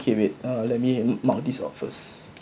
okay wait ah let me mark this off first